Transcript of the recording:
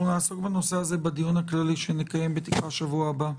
נעסוק בזה בדיון הכללי שנקיים בתקווה שבוע הבא,